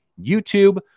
YouTube